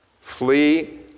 Flee